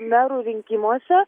merų rinkimuose